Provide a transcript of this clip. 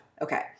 Okay